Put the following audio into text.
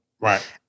Right